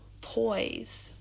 poise